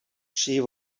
she